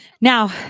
Now